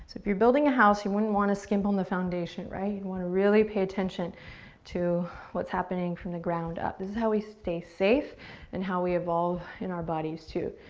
if you're building a house, you wouldn't wanna skimp on the foundation, right? you wanna really pay attention to what's happening from the ground up. this is how we stay safe and how we evolve in our bodies too,